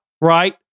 Right